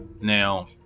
Now